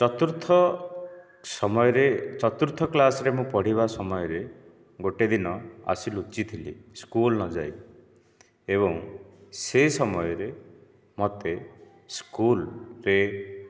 ଚତୁର୍ଥ ସମୟରେ ଚତୁର୍ଥ କ୍ଲାସରେ ମୁଁ ପଢ଼ିବା ସମୟରେ ଗୋଟିଏ ଦିନ ଆସି ଲୁଚିଥିଲି ସ୍କୁଲ ନଯାଇ ଏବଂ ସେ ସମୟରେ ମୋତେ ସ୍କୁଲରେ